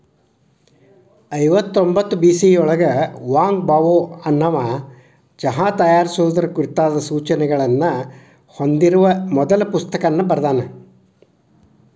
ಐವತ್ತರೊಂಭತ್ತು ಬಿಸಿಯೊಳಗ Wang Bao ಅನ್ನವಾ ಚಹಾ ತಯಾರಿಸುವುದರ ಕುರಿತಾದ ಸೂಚನೆಗಳನ್ನ ಹೊಂದಿರುವ ಮೊದಲ ಪುಸ್ತಕ ಬರ್ದಾನ